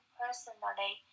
personally